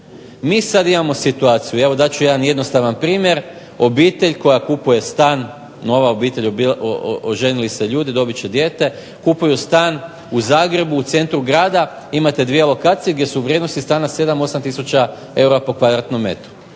Mi sada imamo situaciju, dati ću jednostavan primjer, obitelj koja kupuje stan, nova obitelj, oženili su se ljudi, dobit će dijete, kupuju stan u Zagrebu u centru grada, imate dvije lokacije gdje su vrijednosti stana 7, 8 tisuća eura po kvadratnom metru.